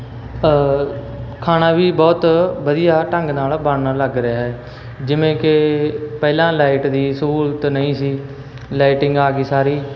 ਖਾਣਾ ਵੀ ਬਹੁਤ ਵਧੀਆ ਢੰਗ ਨਾਲ ਬਣਨ ਲੱਗ ਰਿਹਾ ਜਿਵੇਂ ਕਿ ਪਹਿਲਾਂ ਲਾਈਟ ਦੀ ਸਹੂਲਤ ਨਹੀਂ ਸੀ ਲਾਈਟ ਆ ਗਈ ਸਾਰੀ